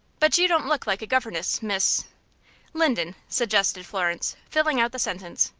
but you don't look like a governess, miss linden, suggested florence, filling out the sentence.